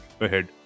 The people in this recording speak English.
ahead